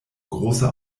große